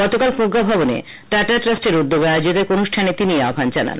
গতকাল প্রজ্ঞাভবনে টাটা ট্রাস্টের উদ্যোগে আয়োজিত এক অনুষ্ঠানে তিনি এই আহ্ণান জানান